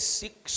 six